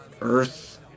earth